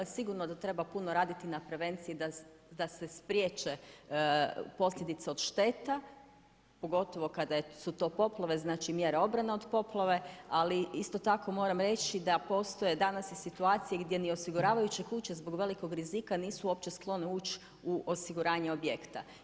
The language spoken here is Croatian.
Sigurno da treba puno raditi na prevenciji, da se spriječe posljedice od šteta, pogotovo kada su to poplave, znači mjera obrane od poplave, ali isto tako moram reći, da postoje danas i situacije, gdje ni osiguravajuće kuće zbog velikog rizika, nisu uopće sklone ući u osiguranje objekta.